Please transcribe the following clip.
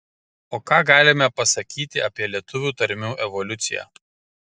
o ką galime pasakyti apie lietuvių tarmių evoliuciją